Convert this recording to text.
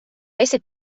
esi